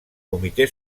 comitè